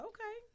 Okay